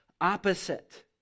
opposite